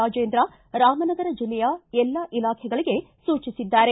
ರಾಜೇಂದ್ರ ರಾಮನಗರ ಜಿಲ್ಲೆಯ ಎಲ್ಲಾ ಇಲಾಖೆಗಳಿಗೆ ಸೂಚಿಸಿದ್ದಾರೆ